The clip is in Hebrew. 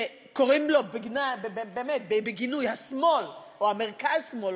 שקוראים לו בגינוי "השמאל" או "המרכז-שמאל",